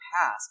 past